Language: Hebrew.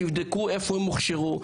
שיבדקו איפה הם הוכשרו,